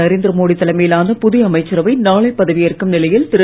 நரேந்திரமோடி தலைமையிலான புதிய அமைச்சரவை நாளை பதவியேற்கும் நிலையில் திரு